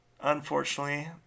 unfortunately